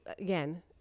again